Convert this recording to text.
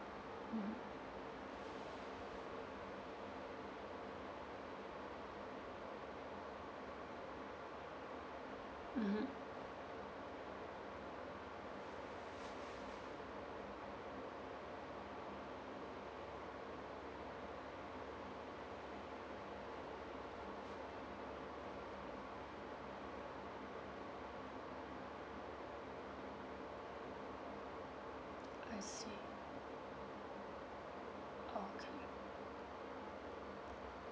mm uh !huh! I see okay